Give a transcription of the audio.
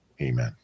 Amen